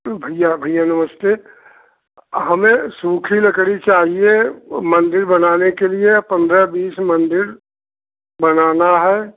भैया भैया नमस्ते हमें सूखी लकड़ी चाहिए वह मंदिर बनाने के लिए पंद्रह बीस मंदिर बनाना है